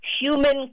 human